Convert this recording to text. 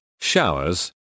showers